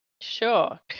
Sure